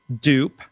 dupe